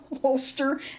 holster